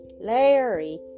Larry